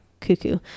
cuckoo